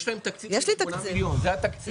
יש להם תקציב של 8 מיליון, זה התקציב.